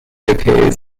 appears